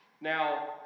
Now